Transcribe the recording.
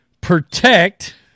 protect